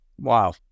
Wow